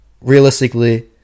realistically